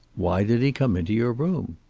why did he come into your room?